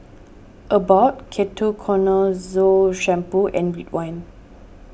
Abbott Ketoconazole Shampoo and Ridwind